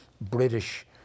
British